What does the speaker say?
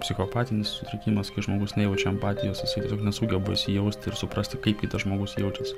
psichopatinis sutrikimas kai žmogus nejaučia empatijos jisai nesugeba įsijausti ir suprasti kaip kitas žmogus jaučiasi